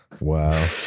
wow